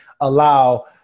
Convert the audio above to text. allow